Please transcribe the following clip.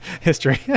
history